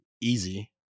easy